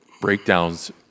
breakdowns